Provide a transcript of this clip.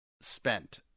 spent